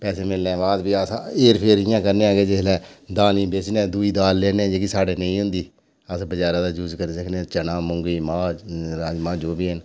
पेसै मिलने बाद बी अस हेर फेर इयां करने आं जिसलै दालीं बेचने आं तां दूई दाल लैन्ने आं जेह्ड़ी साढ़े नेईं होंदी अस बजारा दा यूज करी सकने आं चना मुंगी मांह् राजमांह् चना